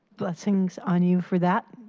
blessings on you for that.